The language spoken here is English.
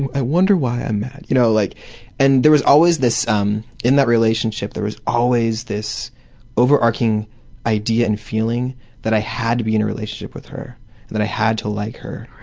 and i wonder why i'm mad? you know like and there was always this um in that relationship there was always this overarching idea and feeling that i had to be in a relationship with her and that i had to like her,